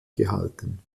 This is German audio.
gehalten